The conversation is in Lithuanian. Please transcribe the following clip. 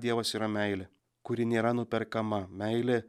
dievas yra meilė kuri nėra nuperkama meilė